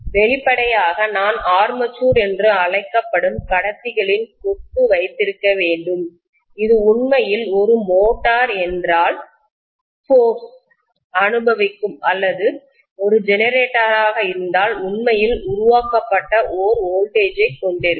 வெளிப்படையாக நான் ஆர்மேச்சர் என்று அழைக்கப்படும் கடத்திகளின் கொத்து வைத்திருக்க வேண்டும் இது உண்மையில் ஒரு மோட்டார் என்றால் போர்ஸ்சக்தியை அனுபவிக்கும் அல்லது அது ஒரு ஜெனரேட்டராக இருந்தால் உண்மையில் உருவாக்கப்பட்ட ஓர் வோல்டேஜ் ஐ கொண்டிருக்கும்